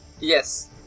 Yes